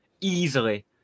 Easily